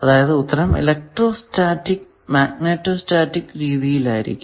അതായതു ഉത്തരം electrostatic magnetostatic രീതിയിൽ ആയിരിക്കും